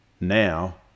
Now